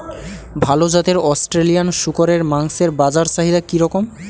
ভাল জাতের অস্ট্রেলিয়ান শূকরের মাংসের বাজার চাহিদা কি রকম?